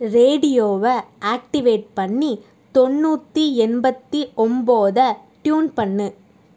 ரேடியோவை ஆக்டிவேட் பண்ணி தொண்ணூற்றி எண்பத்து ஒம்போதை ட்யூன் பண்ணு